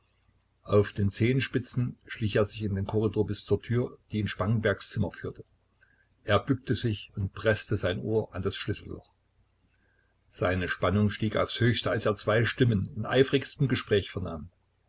auf den zehenspitzen schlich er sich in den korridor bis zur tür die in spangenbergs zimmer führte er bückte sich und preßte sein ohr an das schlüsselloch seine spannung stieg aufs höchste als er zwei stimmen in eifrigstem gespräch vernahm